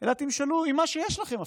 אלא תמשלו עם מה שיש לכם אפילו.